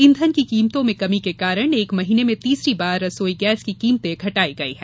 ईंधन की कीमतों में कमी के कारण एक महीने में तीसरी बार रसोई गैस की कीमतें घटाई गई हैं